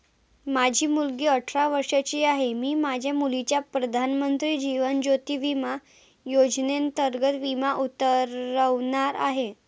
माझी मुलगी अठरा वर्षांची आहे, मी माझ्या मुलीचा प्रधानमंत्री जीवन ज्योती विमा योजनेअंतर्गत विमा उतरवणार आहे